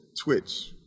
twitch